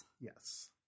Yes